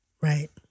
right